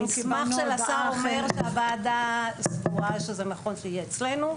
המסמך של השר אומר שהוועדה סבורה שזה נכון שזה יהיה אצלנו.